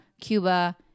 Cuba